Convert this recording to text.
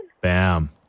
Bam